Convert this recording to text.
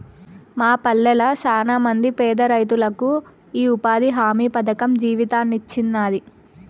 మా పల్లెళ్ళ శానమంది పేదరైతులకు ఈ ఉపాధి హామీ పథకం జీవితాన్నిచ్చినాది